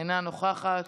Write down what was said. אינה נוכחת,